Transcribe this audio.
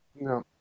no